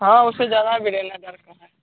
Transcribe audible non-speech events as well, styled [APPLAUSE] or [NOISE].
हाँ उससे ज़्यादा भी [UNINTELLIGIBLE] हज़ार का है